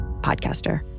podcaster